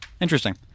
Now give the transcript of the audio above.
Interesting